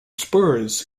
spurs